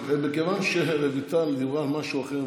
מכיוון שרויטל דיברה על משהו אחר,